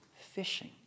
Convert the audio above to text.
fishing